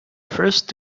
first